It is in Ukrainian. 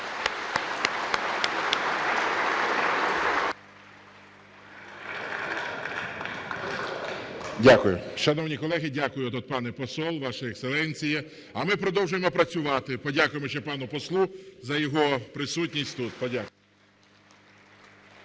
Дякую. Шановні колеги! Дякую, пане посол, ваше ексцеленціє. А ми продовжуємо працювати. Подякуємо ще пану послу за його присутність тут.